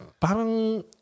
Parang